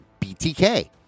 BTK